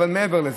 אבל מעבר לזה,